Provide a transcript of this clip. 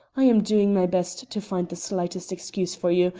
i am doing my best to find the slightest excuse for you,